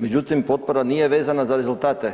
Međutim, potpora nije vezana za rezultate